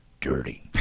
dirty